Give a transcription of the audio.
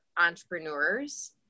entrepreneurs